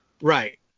Right